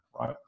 right